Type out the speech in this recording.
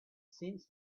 since